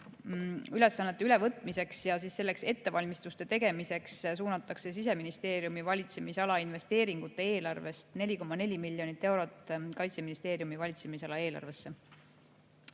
Ülesannete ülevõtmiseks ja selleks ettevalmistuste tegemiseks suunatakse Siseministeeriumi valitsemisala investeeringute eelarvest 4,4 miljonit eurot Kaitseministeeriumi valitsemisala eelarvesse. Suurima